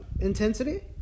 Intensity